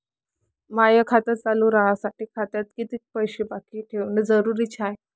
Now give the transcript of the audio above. माय खातं चालू राहासाठी खात्यात कितीक पैसे बाकी ठेवणं जरुरीच हाय?